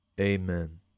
Amen